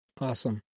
Awesome